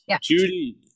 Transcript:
judy